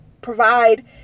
provide